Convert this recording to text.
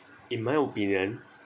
in my opinion